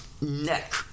neck